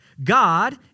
God